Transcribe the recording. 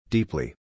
Deeply